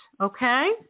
Okay